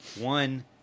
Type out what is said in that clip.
one